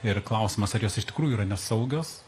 ir klausimas ar jos iš tikrųjų yra nesaugios